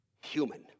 human